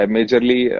Majorly